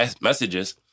messages